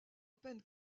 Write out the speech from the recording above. peine